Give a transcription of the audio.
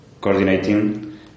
coordinating